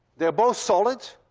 they're both solid,